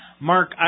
Mark